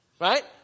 Right